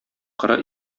коры